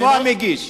כמו המגיש.